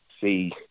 see